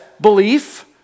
belief